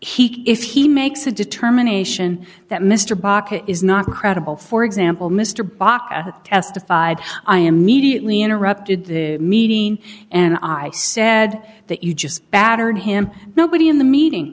he if he makes a determination that mr baka is not credible for example mr baka who testified i am mediately interrupted the meeting and i said that you just battered him nobody in the meeting